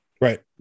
Right